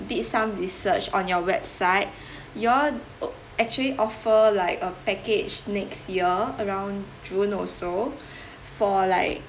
did some research on your website y'all actually offer like a package next year around june or so for like